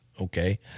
okay